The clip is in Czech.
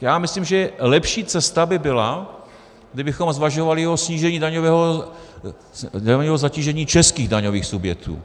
Já myslím, že lepší cesta by byla, kdybychom uvažovali o snížení daňového zatížení českých daňových subjektů.